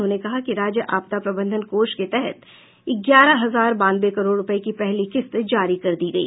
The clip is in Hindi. उन्होंने कहा कि राज्य आपदा प्रबंधन कोष के तहत ग्यारह हजार बानवे करोड़ रुपये की पहली किस्त जारी कर दी गई